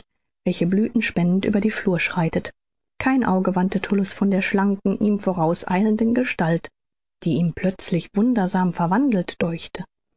welche blüthen spendend über die flur schreitet kein auge wandte tullus von der schlanken ihm vorausschreitenden gestalt die ihm plötzlich wundersam verwandelt däuchte